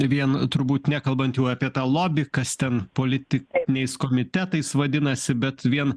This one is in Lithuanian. vien turbūt nekalbant jau apie tą lobi kas ten politikų komitetais vadinasi bet vien